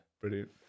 Brilliant